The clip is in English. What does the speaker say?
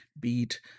beat